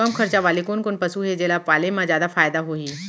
कम खरचा वाले कोन कोन पसु हे जेला पाले म जादा फायदा होही?